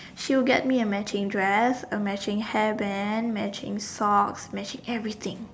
she'll get me a matching dress a matching hairband matching socks matching everything